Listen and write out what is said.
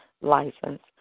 license